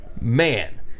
man